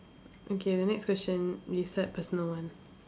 okay the next question we start personal one